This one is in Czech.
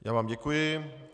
Já vám děkuji.